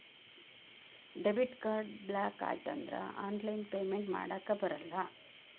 debit card block ಆಯ್ತಂದ್ರ online payment ಮಾಡಾಕಬರಲ್ಲ